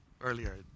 earlier